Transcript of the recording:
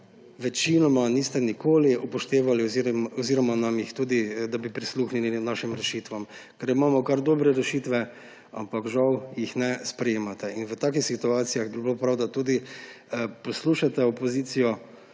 večinoma niste nikoli upoštevali oziroma niste prisluhnili našim rešitvam. Imamo kar dobre rešitve, ampak žal jih ne sprejemate. V takšnih situacijah bi bilo prav, da tudi poslušate opozicijo,